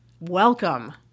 Welcome